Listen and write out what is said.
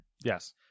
Yes